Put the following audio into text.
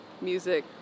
music